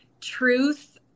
truth